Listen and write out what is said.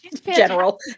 general